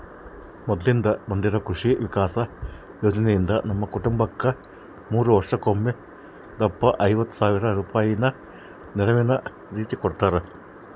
ಮೊದ್ಲಿಂದ ಬಂದಿರೊ ಕೃಷಿ ವಿಕಾಸ ಯೋಜನೆಯಿಂದ ನಮ್ಮ ಕುಟುಂಬಕ್ಕ ಮೂರು ವರ್ಷಕ್ಕೊಂದಪ್ಪ ಐವತ್ ಸಾವ್ರ ರೂಪಾಯಿನ ನೆರವಿನ ರೀತಿಕೊಡುತ್ತಾರ